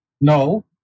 No